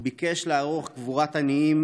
הוא ביקש לערוך קבורת עניים,